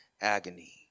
agony